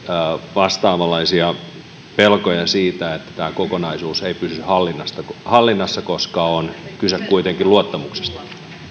vastaavanlaisia pelkoja siitä että tämä kokonaisuus ei pysy hallinnassa hallinnassa koska on kyse kuitenkin luottamuksesta